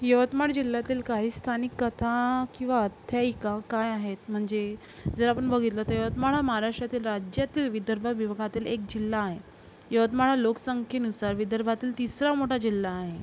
यवतमाळ जिल्ह्यातील काही स्थानिक कथा किंवा आख्यायिका काय आहेत म्हणजे जर आपण बघितलं तर यवतमाळ हा महाराष्ट्रातील राज्यातील विदर्भ विभागातील एक जिल्हा आहे यवतमाळ हा लोकसंख्येनुसार विदर्भातील तिसरा मोठा जिल्हा आहे